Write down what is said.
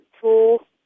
tool